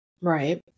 Right